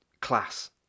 class